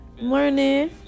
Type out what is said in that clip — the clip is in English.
learning